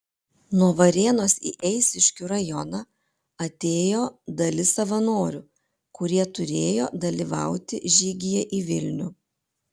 nuo varėnos į eišiškių rajoną atėjo dalis savanorių kurie turėjo dalyvauti žygyje į vilnių